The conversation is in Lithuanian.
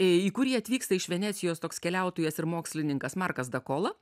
į kurį atvyksta į venecijos toks keliautojas ir mokslininkas markas dakola